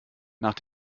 nach